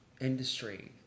industry